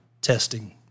testing